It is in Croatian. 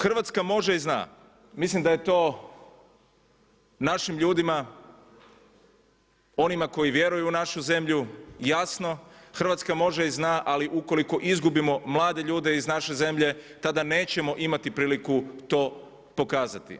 Hrvatska može i zna, mislim da je to našim ljudima, onima koji vjeruju u našu zemlju jasno, Hrvatska može i zna ali ukoliko izgubimo mlade ljude iz naše zemlje tada nećemo imati priliku to pokazati.